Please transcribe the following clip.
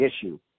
issue